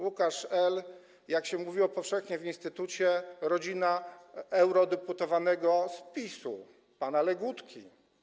Łukasz L. - jak się mówiło powszechnie w instytucie - to rodzina eurodeputowanego z PiS-u, pana Legutki.